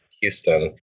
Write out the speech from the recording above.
Houston